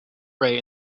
ray